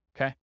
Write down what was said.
okay